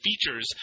features